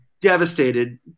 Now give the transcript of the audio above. devastated